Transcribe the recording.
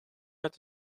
met